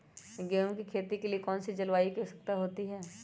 गेंहू की खेती के लिए कौन सी जलवायु की आवश्यकता होती है?